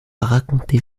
raconter